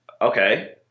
Okay